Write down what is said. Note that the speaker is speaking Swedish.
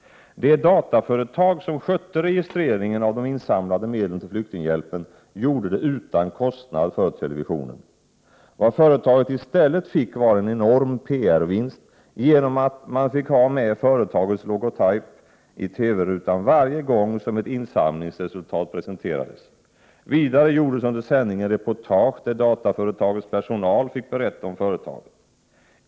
Det dataföretag som skötte registreringen av de insamlade medlen till flyktinghjälpen gjorde det utan kostnad för televisionen. Vad företaget i stället fick var en enorm PR-vinst genom att man fick ha med företagets logotype i TV-rutan varje gång som ett insamlingsresultat presenterades. Vidare gjordes under sändningen reportage där dataföretagets personal fick berätta om företaget.